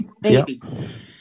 Baby